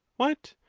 what,